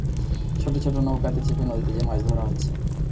ছোট ছোট নৌকাতে চেপে নদীতে যে মাছ ধোরা হচ্ছে